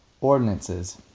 Ordinances